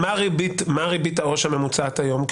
מה הריבית העו"ש הממוצעת היום?